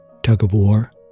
tug-of-war